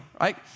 right